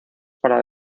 para